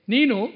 Nino